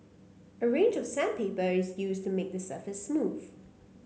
a range of sandpaper is used to make the surface smooth